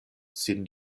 sin